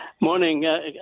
Morning